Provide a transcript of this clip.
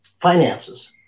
finances